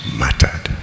mattered